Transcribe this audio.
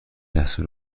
لحظه